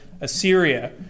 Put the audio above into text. Assyria